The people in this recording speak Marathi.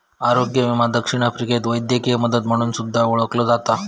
आरोग्य विमो दक्षिण आफ्रिकेत वैद्यकीय मदत म्हणून सुद्धा ओळखला जाता